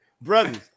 brothers